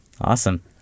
Awesome